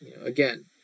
again